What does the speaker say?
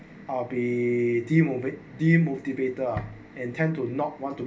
I'll be team of it team motivator and tend to not want to